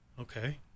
Okay